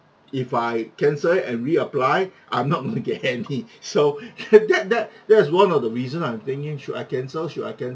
if I cancel it and reapply I'm not going to get any so that that that is one of the reason I'm thinking should I cancel should I cancel